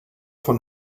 von